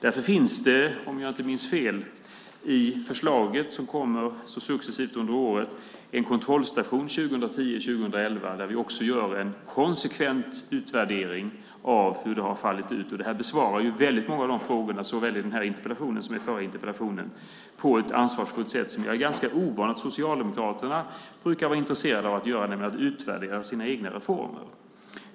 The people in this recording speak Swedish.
Därför finns det, om jag inte minns fel, i det förslag som kommer successivt under året en kontrollstation 2010-2011 där vi också gör en konsekvent utvärdering av hur detta har fallit ut. Detta besvarar väldigt många frågor såväl i den här interpellationen som i förra interpellationen och detta på ett ansvarsfullt sätt som jag är ganska ovan vid att Socialdemokraterna brukar vara intresserade av - nämligen att utvärdera sina egna reformer.